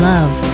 Love